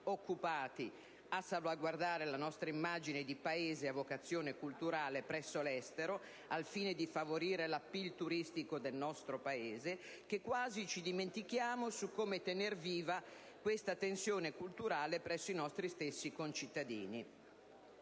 occupati a salvaguardare la nostra immagine di Paese a vocazione culturale presso l'estero, al fine di favorire l'*appeal* turistico del nostro Paese, che quasi dimentichiamo come tenere viva questa tensione culturale presso i nostri stessi concittadini.